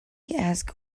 asked